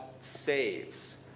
saves